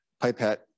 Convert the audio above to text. pipette